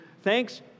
Thanks